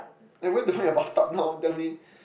like where to find a bath tub now tell me